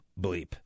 bleep